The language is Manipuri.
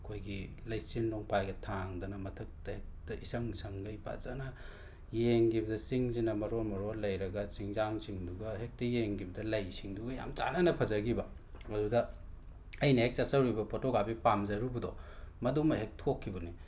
ꯃꯈꯣꯏꯒꯤ ꯂꯩꯆꯤꯟ ꯅꯣꯡꯐꯥꯏꯒ ꯊꯥꯡꯗꯅ ꯃꯊꯛꯇꯨꯗ ꯍꯦꯛꯇ ꯏꯁꯪ ꯁꯪꯒꯩ ꯐꯖꯅ ꯌꯦꯡꯈꯤꯕꯗ ꯆꯤꯡꯁꯤꯅ ꯃꯔꯣꯟ ꯃꯔꯣꯟ ꯂꯩꯔꯒ ꯆꯤꯡꯁꯥꯡꯁꯤꯡꯗꯨꯒ ꯍꯦꯛꯇ ꯌꯦꯡꯈꯤꯕꯗ ꯂꯩꯁꯤꯡꯗꯨꯒ ꯌꯥꯝ ꯆꯥꯅꯅ ꯐꯖꯈꯤꯕ ꯑꯗꯨꯗ ꯑꯩꯅ ꯍꯦꯛ ꯆꯠꯆꯔꯨꯏꯕ ꯐꯣꯇꯣꯒ꯭ꯔꯥꯐꯤ ꯄꯥꯝꯖꯔꯨꯕꯗꯣ ꯃꯗꯨꯃꯛ ꯍꯦꯛ ꯊꯣꯛꯈꯤꯕꯅꯤ